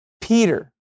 Peter